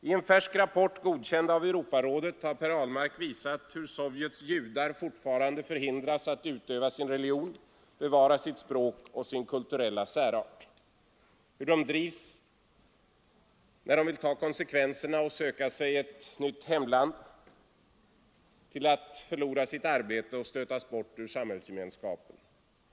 I en färsk rapport, godkänd av Europarådet, har Per Ahlmark visat hur Sovjets judar fortfarande förhindras att utöva sin religion, bevara sitt språk och sin kulturella särart. Hur de, när de vill ta konsekvenserna och söka sig ett nytt hemland, förlorar sitt arbete och stöts ut ur samhällsgemenskapen.